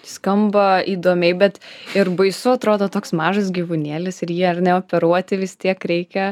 skamba įdomiai bet ir baisu atrodo toks mažas gyvūnėlis ir jį ar ne operuoti vis tiek reikia